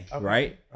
right